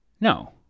No